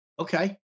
Okay